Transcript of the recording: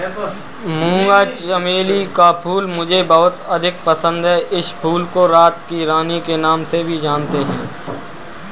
मूंगा चमेली का फूल मुझे बहुत अधिक पसंद है इस फूल को रात की रानी के नाम से भी जानते हैं